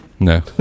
No